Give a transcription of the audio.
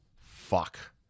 fuck